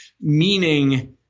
meaning